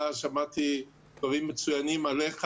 שמעתי דברים מצוינים עליך.